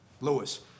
Lewis